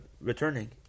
returning